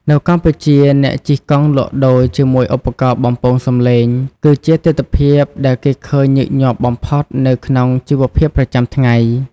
នៅកម្ពុជា អ្នកជិះកង់លក់ដូរជាមួយឧបករណ៍បំពងសំឡេង គឺជាទិដ្ឋភាពដែលគេឃើញញឹកញាប់បំផុតនៅក្នុងជីវភាពប្រចាំថ្ងៃ។